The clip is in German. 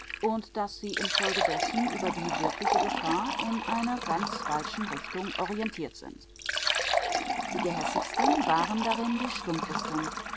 und daß sie infolgedessen über die wirkliche gefahr in einer ganz falschen richtung orientiert sind die gehässigsten waren darin die